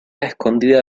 escondida